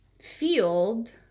field